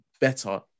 better